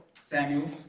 Samuel